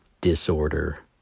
disorder